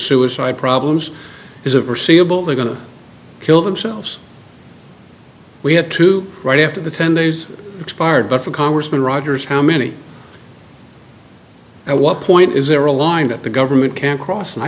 suicide problems is of perceivable they're going to kill themselves we have to right after the ten days expired but for congressman rogers how many at what point is there a line that the government can't cross and i